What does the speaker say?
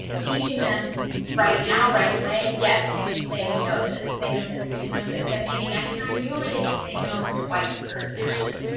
teaching them right now, right away, yes, you can say no to this. say no to this, say no to this. then maybe next time, you only get to say no twice per session,